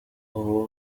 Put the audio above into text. ubu